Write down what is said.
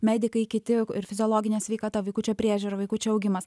medikai kiti ir fiziologinė sveikata vaikučio priežiūra vaikučio augimas